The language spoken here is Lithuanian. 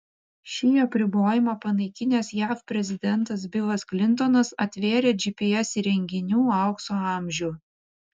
šį apribojimą panaikinęs jav prezidentas bilas klintonas atvėrė gps įrenginių aukso amžių